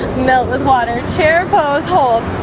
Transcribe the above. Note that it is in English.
melt the water chair pose hold